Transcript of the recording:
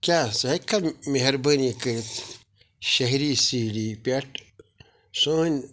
کیٛاہ ژٕ ہیٚکہِ کھا مہربٲنی کٔرتھ شہری سیڑھی پٮ۪ٹھ سٲنی